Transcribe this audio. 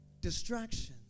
Distractions